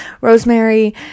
Rosemary